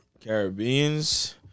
Caribbeans